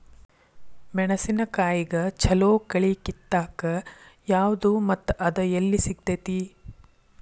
ಮೆಣಸಿನಕಾಯಿಗ ಛಲೋ ಕಳಿ ಕಿತ್ತಾಕ್ ಯಾವ್ದು ಮತ್ತ ಅದ ಎಲ್ಲಿ ಸಿಗ್ತೆತಿ?